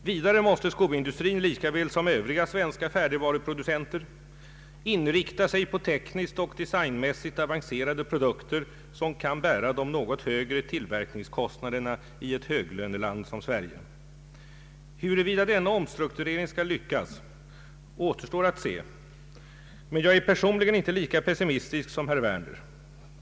Vidare måste skoindustrin — lika väl som övriga svenska färdigvaruproducenter — inrikta sig på tekniskt och designmässigt avancerade produkter, som kan bära de något högre tillverkningskostnaderna i ett höglöneland som Sverige. Huruvida denna omstrukturering skall lyckas återstår att se, men jag är personligen inte lika pessimistisk som herr Werner.